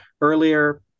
earlier